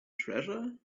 treasure